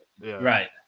right